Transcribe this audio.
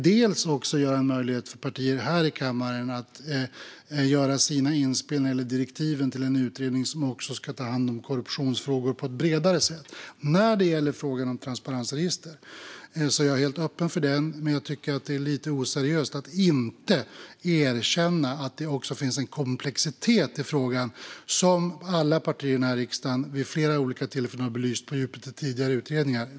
Det gäller också att ge en möjlighet för partier här i kammaren att göra sina inspel till direktiven till en utredning som också ska ta hand om korruptionsfrågor på ett bredare sätt. När det gäller frågan om transparensregister är jag helt öppen för den. Men jag tycker att det är lite oseriöst att inte erkänna att det också finns en komplexitet i frågan, som alla partier i den här riksdagen vid flera tillfällen har belyst på djupet i tidigare utredningar.